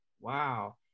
wow